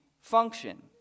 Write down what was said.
function